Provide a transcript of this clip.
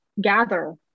gather